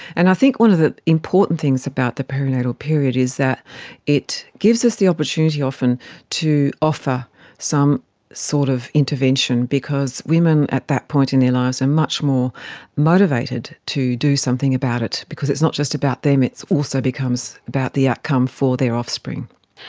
and i think one of the important things about the perinatal period is that it gives us the opportunity often to offer some sort of intervention because women at that point in their lives are much more motivated to do something about it because it is not just about them, it also becomes about the outcome for their offspring.